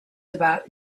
about